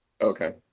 Okay